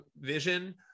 vision